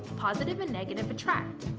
positive and negative attract,